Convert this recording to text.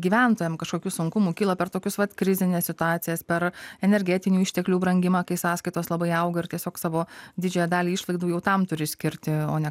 gyventojam kažkokių sunkumų kyla per tokius vat krizines situacijas per energetinių išteklių brangimą kai sąskaitos labai auga ir tiesiog savo didžiąją dalį išlaidų jau tam turi skirti o ne